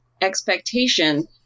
expectation